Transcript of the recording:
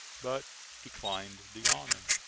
but declined the honor.